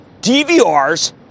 DVRs